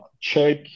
check